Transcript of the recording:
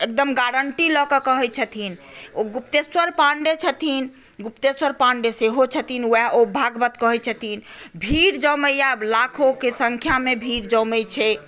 एकदम गारण्टी लऽ कऽ कहै छथिन ओ गुप्तेश्वर पाण्डेय छथिन गुप्तेश्वर पांडेय सेहो छथिन वएह ओ भागवत कहै छथिन भीड़ जमैया लाखोकेँ संख्यामे भीड़ जमैछै